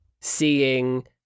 seeing